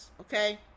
okay